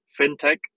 Fintech